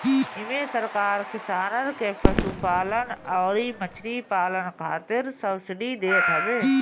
इमे सरकार किसानन के पशुपालन अउरी मछरी पालन खातिर सब्सिडी देत हवे